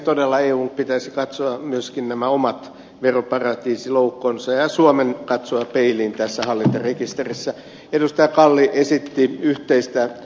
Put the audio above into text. todella eun pitäisi katsoa myöskin nämä omat veroparatiisiloukkonsa ja suomen katsoa peiliin tässä ole rekisterissä edustaa kallio esitti hallintarekisteriasiassa